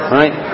right